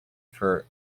for